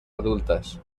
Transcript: adultas